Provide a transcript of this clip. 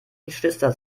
geschwister